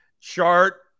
chart